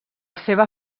seva